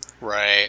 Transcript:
Right